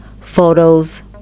photos